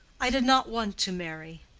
i did not want to marry.